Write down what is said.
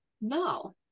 No